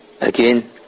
again